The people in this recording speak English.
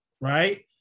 right